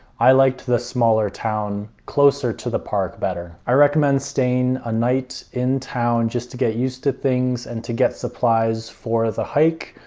i liked the smaller town closer to the park better. i recommend staying a night in town just to get used to things, and to get supplies for the hike.